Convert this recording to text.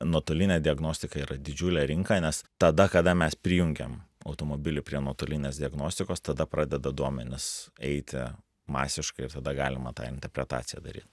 nuotolinė diagnostika yra didžiulė rinka nes tada kada mes prijungiam automobilį prie nuotolinės diagnostikos tada pradeda duomenys eiti masiškai ir tada galima tą interpretaciją daryt